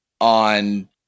on